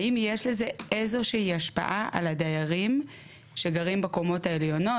האם יש לזה איזושהי השפעה על הדיירים שגרים בקומות העליונות?